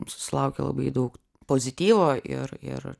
susilaukė labai daug pozityvo ir ir